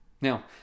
Now